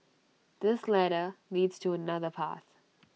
this ladder leads to another path